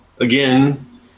again